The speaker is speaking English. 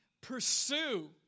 pursue